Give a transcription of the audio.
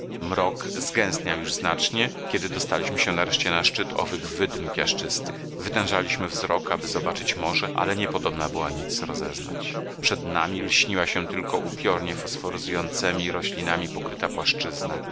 przerywaliśmy podróży mrok zgęstniał już znacznie kiedy dostaliśmy się nareszcie na szczyt owych wydm piaszczystych wytężaliśmy wzrok aby zobaczyć morze ale niepodobna było nic rozeznać przed nami lśniła się tylko upiornie fosforyzującemi roślinami pokryta płaszczyzna